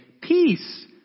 peace